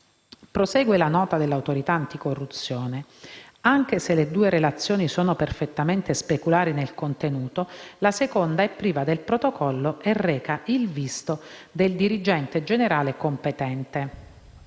Prosegue la nota dell’Autorità anticorruzione: «Anche se le due relazioni sono perfettamente speculari nel contenuto, la seconda è priva del protocollo e reca il visto del dirigente generale competente».